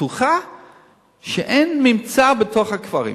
בטוחה שאין ממצא בתוך הקברים.